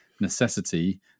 necessity